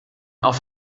auf